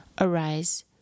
Arise